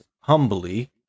humbly